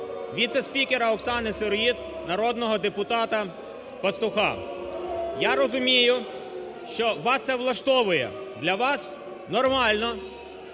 віце-спікера Оксани Сироїд, народного депутата Пастуха. Я розумію, що вас це влаштовує, для вас нормально,